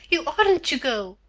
you oughtn't to go!